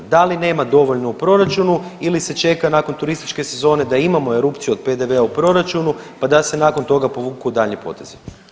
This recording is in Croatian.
Da li nema dovoljno u proračunu ili se čeka nakon turističke sezone da imamo erupciju od PDV-a u proračunu, pa da se nakon toga povuku daljnji potezi?